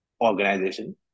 organization